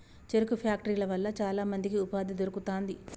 చెరుకు ఫ్యాక్టరీల వల్ల చాల మందికి ఉపాధి దొరుకుతాంది